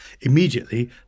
immediately